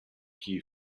key